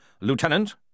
Lieutenant